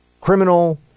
criminal